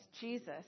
Jesus